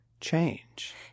change